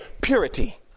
Purity